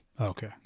Okay